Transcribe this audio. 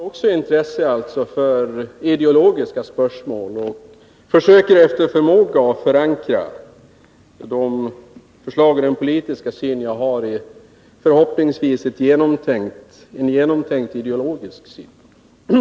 Herr talman! Jag har också intresse för ideologiska spörsmål och försöker efter förmåga att förankra mina förslag i den ideologiska syn jag har — förhoppningsvis en genomtänkt ideologisk syn.